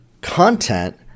content